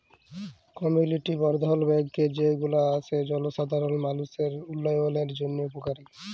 community বর্ধল bank যে গুলা আসে জলসাধারল মালুষের উল্যয়নের জন্হে উপকারী